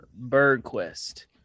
BirdQuest